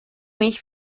mich